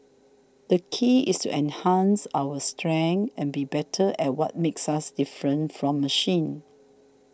the key is to enhance our strengths and be better at what makes us different from machines